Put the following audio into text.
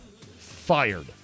fired